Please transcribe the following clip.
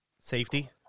safety